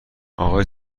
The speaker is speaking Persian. آقای